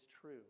true